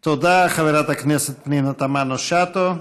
תודה, חברת הכנסת פנינה תמנו-שטה.